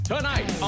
Tonight